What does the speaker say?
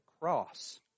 cross